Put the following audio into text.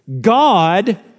God